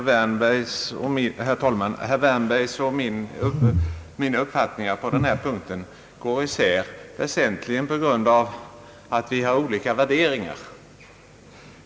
Herr talman! Herr Wärnbergs och min uppfattning på den här punkten går isär, väsentligen på grund av att vi har olika värderingar.